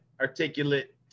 articulate